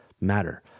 matter